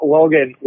Logan